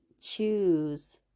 choose